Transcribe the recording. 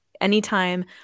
anytime